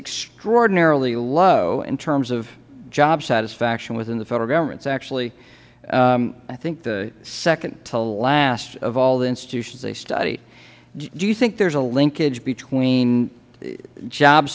extraordinarily low in terms of job satisfaction within the federal government it is actually i think the second to last of all the institutions they studied do you think there is a linkage between job